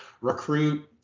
recruit